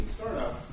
startup